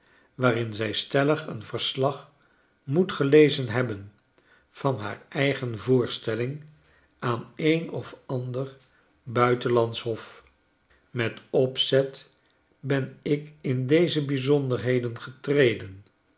waarin zij stelligeen verslagmoetgelezenhebben van haar eigen voorstelling aan een of ander buitenlandsch hof met opzet ben ik in deze bijzonderheden getreden